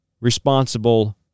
responsible